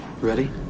Ready